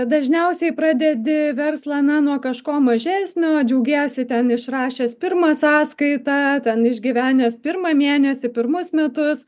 dažniausiai pradedi verslą na nuo kažko mažesnio džiaugiesi ten išrašęs pirmą sąskaitą ten išgyvenęs pirmą mėnesį pirmus metus